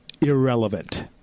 irrelevant